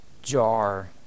jar